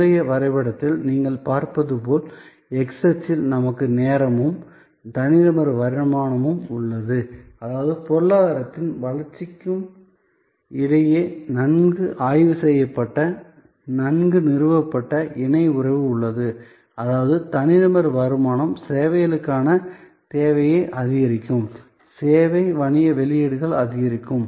முந்தைய வரைபடத்தில் நீங்கள் பார்ப்பது போல் x அச்சில் நமக்கு நேரமும் தனிநபர் வருமானமும் உள்ளது அதாவது பொருளாதாரத்தின் வளர்ச்சிக்கு இடையே நன்கு ஆய்வு செய்யப்பட்ட நன்கு நிறுவப்பட்ட இணை உறவு உள்ளது அதாவது தனிநபர் வருமானம் சேவைகளுக்கான தேவையை அதிகரிக்கும் சேவை வணிக வெளியீடுகளை அதிகரிக்கும்